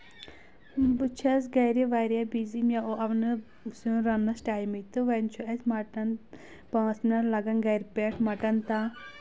بہٕ چھَس گرِ واریاہ بِزی مےٚ آونہٕ سیُن رننس ٹایمٕے تہٕ وۄنۍ چھُ اَسہِ مٹن پانٛژھ مِنٹ لگان گرِ پؠٹھ مٹن تان